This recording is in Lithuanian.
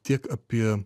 tiek apie